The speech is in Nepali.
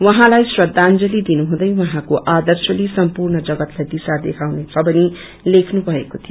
उझैँलाई श्रदाजंली दिनुहुँदै उझैँको आदर्शले सम्पूष्र जगतलाई दिशा देखाउने छ भनी तेख्नु मएको थियो